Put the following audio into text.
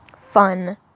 fun